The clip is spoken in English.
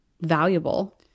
valuable